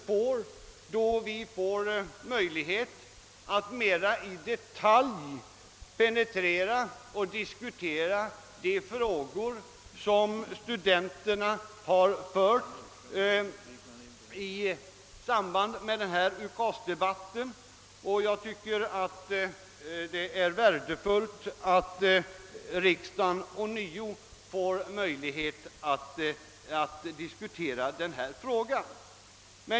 Vid behandlingen av den propositionen får vi möjlighet att i detalj penetrera och; diskutera de frågor som studenterna har fört fram i samband med UKAS debatten, och detta anser jag vara synnerligen värdefullt.